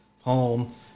home